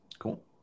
Cool